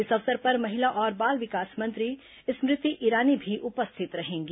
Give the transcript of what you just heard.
इस अवसर पर महिला और बाल विकास मंत्री स्मृति ईरानी भी उपस्थित रहेंगी